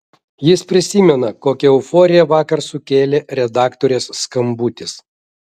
jis prisimena kokią euforiją vakar sukėlė redaktorės skambutis